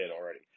already